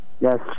Yes